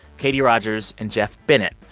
katie rogers and geoff bennett.